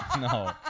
No